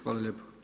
Hvala lijepo.